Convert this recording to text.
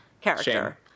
character